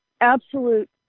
absolute